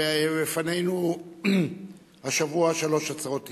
ולפנינו השבוע שלוש הצעות אי-אמון,